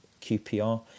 QPR